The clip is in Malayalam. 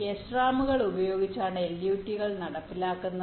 SRAM കൾ ഉപയോഗിച്ചാണ് LUT കൾ നടപ്പിലാക്കുന്നത്